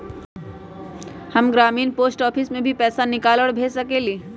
हम ग्रामीण post office से भी पैसा निकाल और भेज सकेली?